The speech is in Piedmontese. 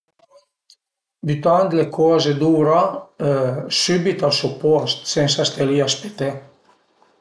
Bütand le coze duvrà sübit a so post sensa ste li a speté